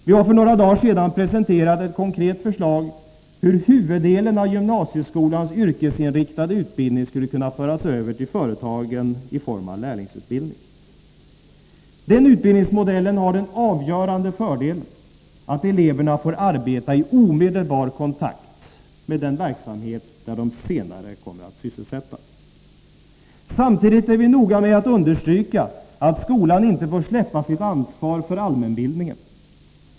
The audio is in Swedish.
Vi har för några dagar sedan presenterat ett konkret förslag till hur huvuddelen av gymnasieskolans yrkesinriktade utbildning skulle kunna föras över till företagen i form av lärlingsutbildning. Den utbildningsmodellen har den avgörande fördelen att eleverna får arbeta i omedelbar kontakt med den verksamhet där de senare kommer att sysselsättas. Samtidigt är vi noga med att understryka att skolan inte får släppa sitt ansvar för allmänbildningen.